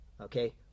okay